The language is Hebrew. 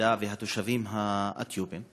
העדה והתושבים האתיופים,